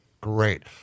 Great